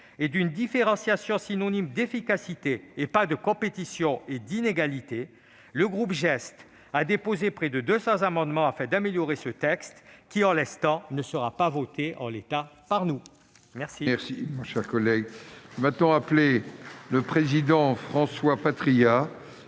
et d'une différenciation synonyme d'efficacité et non de compétition et d'inégalités, le groupe GEST a déposé près de 200 amendements afin d'améliorer ce texte, que nous ne voterons pas en l'état. La parole